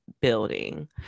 building